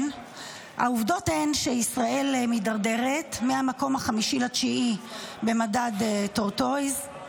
העובדות הן שישראל מידרדרת מהמקום החמישי לתשיעי במדד Tortoise,